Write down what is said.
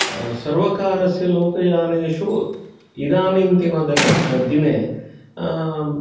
सर्वकारस्य लोकयानेषु इदानींतन दिने दिने